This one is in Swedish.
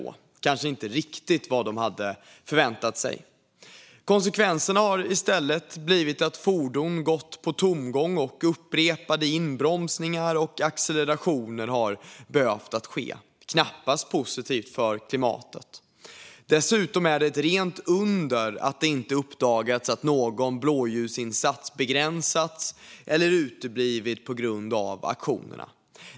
Det var kanske inte riktigt vad de förväntade sig. Konsekvensen har i stället blivit att fordon gått på tomgång och att upprepade inbromsningar och accelerationer behövt ske. Det är knappast positivt för klimatet. Dessutom är det ett rent under att det inte uppdagats att någon blåljusinsats begränsats eller uteblivit på grund av aktionerna.